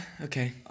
Okay